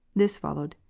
this followed,